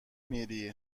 میری